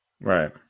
Right